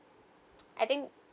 I think